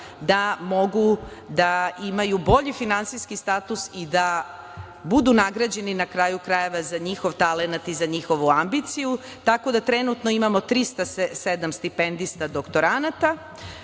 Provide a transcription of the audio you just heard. da mogu da imaju bolji finansijski status i da budu nagrađeni, na kraju krajeva, za njihov talenat i njihovu ambiciju, tako da trenutno imamo 307 stipendista doktoranata